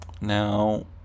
Now